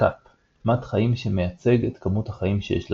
נק"פ – מד חיים שמייצג את כמות החיים שיש לדמות,